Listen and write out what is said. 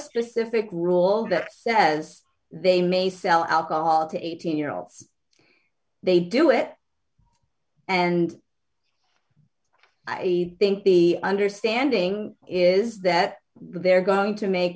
specific rule that says they may sell alcohol to eighteen year olds they do it and i think the understanding is that they're going to make